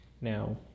Now